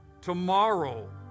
Tomorrow